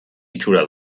itxura